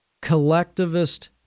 collectivist